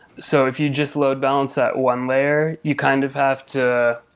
so if you just load balance at one layer, you kind of have to